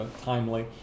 timely